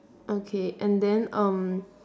okay and then um